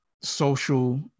social